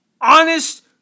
Honest